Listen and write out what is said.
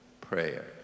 prayer